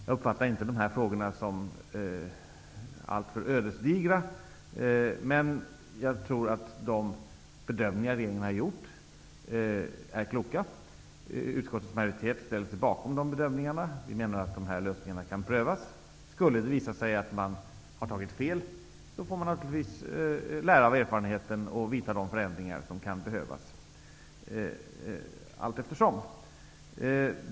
Jag uppfattar inte de frågorna som alltför ödesdigra, men jag tror att de bedömningar som regeringen har gjort är kloka. Utskottets majoritet ställer sig bakom de bedömningarna. Vi menar att lösningarna kan prövas. Skulle det visa sig att man har tagit fel, får man naturligtvis lära av erfarenheten och vidta de förändringar som kan behövas allt eftersom.